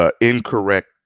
incorrect